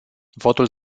votul